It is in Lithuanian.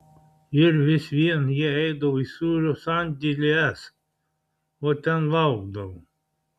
ir vis vien jie eidavo į sūrio sandėlį s o ten laukdavo